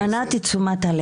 תומכת טרור.